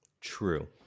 True